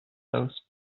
those